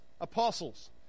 Apostles